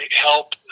help